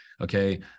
Okay